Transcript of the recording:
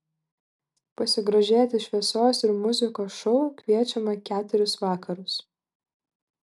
pasigrožėti šviesos ir muzikos šou kviečiama keturis vakarus